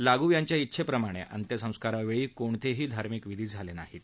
लागू यांच्या उछेप्रमाणे अंत्यसंस्कारावेळी कोणतेही धार्मिक विधी झाले नाहीत